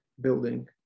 building